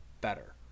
better